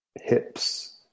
hips